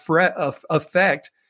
effect